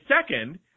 second